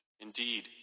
Indeed